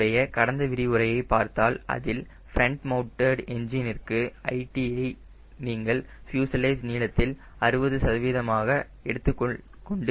என்னுடைய கடந்த விரிவுரையை பார்த்தால் அதில் ஃப்ரெண்ட் மவுண்டடு என்ஜின் ற்கு lt ஐ நீங்கள் ஃப்யூசலேஜ் நீளத்தில் 60 சதவீதமாக எடுத்துக் கொள்ளலாம்